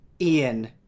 Ian